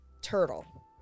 turtle